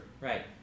right